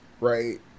Right